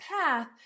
path